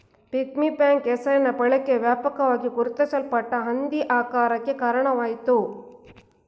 piggy bank ಹೆಸರಿನ ಬಳಕೆಯು ವ್ಯಾಪಕವಾಗಿ ಗುರುತಿಸಲ್ಪಟ್ಟ ಹಂದಿ ಆಕಾರಕ್ಕೆ ಕಾರಣವಾಯಿತು